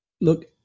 Look